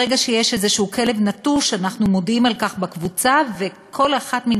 ברגע שיש איזשהו כלב נטוש אנחנו מודיעים על כך בקבוצה וכל אחת מן